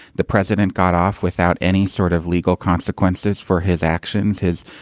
the president got off without any sort of legal consequences for his actions, his,